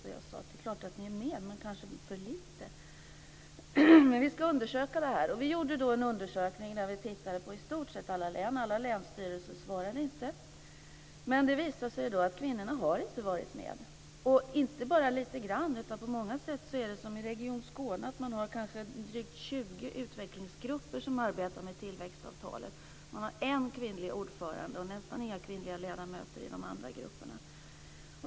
Jag sade: Det är klart att ni är med, men kanske för lite. Vi ska undersöka det här. Vi gjorde då en undersökning där vi tittade på i stort sett alla län. Alla länsstyrelser svarade inte. Men det visade sig att kvinnorna inte har varit med. De har inte bara varit med lite grann, utan på många ställen är det som i region Skåne, att man har drygt 20 utvecklingsgrupper som arbetar med tillväxtavtalet. Man har en kvinnlig ordförande och nästan inga kvinnliga ledamöter i de andra grupperna.